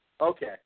Okay